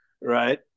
right